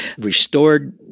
restored